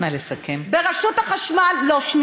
ברשות החשמל, נא לסכם.